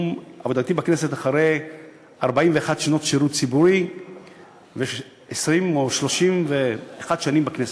עבודתי בכנסת אחרי 41 שנות שירות ציבורי ו-31 שנים בכנסת.